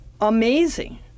amazing